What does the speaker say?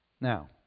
Now